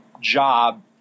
job